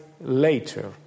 later